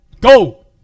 go